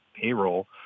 payroll